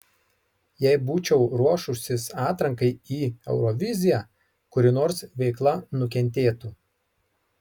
jei būčiau ruošusis atrankai į euroviziją kuri nors veikla nukentėtų